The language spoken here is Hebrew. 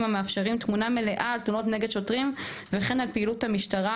המאפשרים תמונה מלאה על תלונות נגד שוטרים וכן על פעילות המשטרה